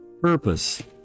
purpose